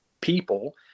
people